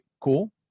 Cool